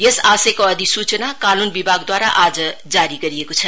यस आशयको अधिसूचना कानुन विभागद्वारा आज जारी गरिएको छ